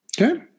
Okay